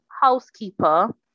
housekeeper